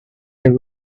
you